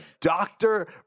Doctor